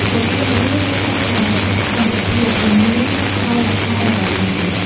ប្រជានុរាស្រ្តរស់នៅដោយសុខសន្តិភាព ពុំមានកោលាហលអ្វីឡើយ។